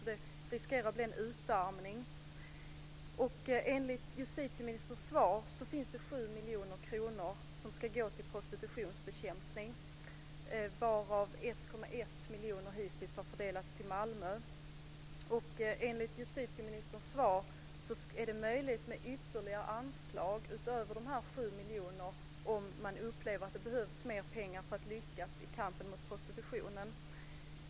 Det riskerar att bli en utarmning. Enligt justitieministerns svar finns det 7 miljoner kronor som ska gå till prostitutionsbekämpning, varav 1,1 miljoner kronor hittills har fördelats till Malmö. Enligt justitieministerns svar är det möjligt med ytterligare anslag utöver de 7 miljonerna, om man upplever att det behövs mer pengar för att lyckas i kampen mot prostitutionen.